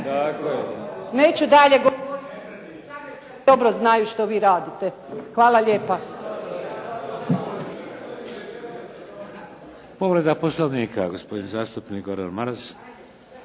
Neću dalje govoriti, Zagrepčani dobro znaju što vi radite. Hvala lijepa.